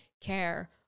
care